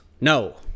No